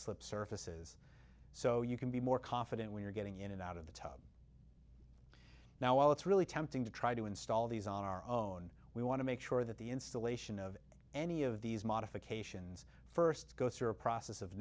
slip surfaces so you can be more confident when you're getting in and out of the tub now while it's really tempting to try to install these on our own we want to make sure that the installation of any of these modifications first goes your process of